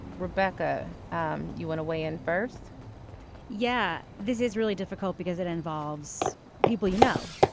rebecca. um you want to weigh in first yeah this is really difficult because it involves people you know.